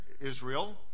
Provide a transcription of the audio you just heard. Israel